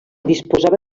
disposava